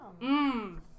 Mmm